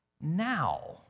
now